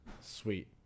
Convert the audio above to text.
sweet